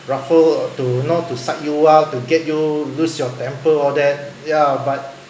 ruffle uh to you know to psych you up to get you lose your temper all that yeah but